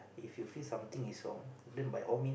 if you feel something is wrong then by all mean